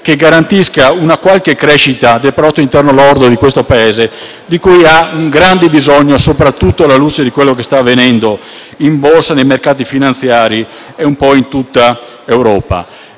che garantisca una crescita del prodotto interno lordo di questo Paese di cui ha un gran bisogno, soprattutto alla luce di ciò che sta avvenendo in borsa, nei mercati finanziari e un po' in tutta Europa.